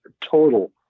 total